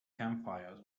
campfires